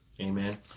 amen